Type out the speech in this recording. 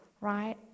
Right